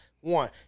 One